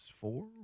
four